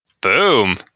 Boom